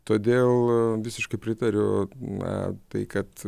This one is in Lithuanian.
todėl visiškai pritariu na tai kad